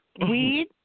Weed